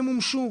ימומשו,